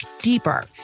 deeper